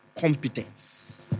Competence